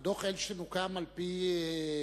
דוח אלי שטרן נעשה על-פי דרישת